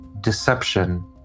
deception